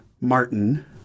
Martin